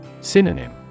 Synonym